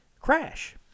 Crash